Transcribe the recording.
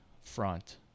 front